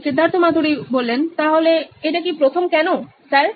Siddharth Maturi C E O নইন electronics তাহলে এটা কি প্রথম কেনো স্যার